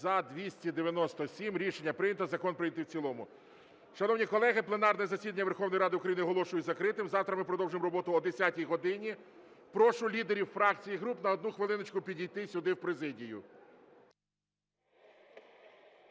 Рішення прийнято. Закон прийнятий в цілому. Шановні колеги, пленарне засідання Верховної Ради України оголошую закритим. Завтра ми продовжимо роботу о 10 годині. Прошу лідерів фракцій і груп на одну хвилиночку підійти сюди в президію.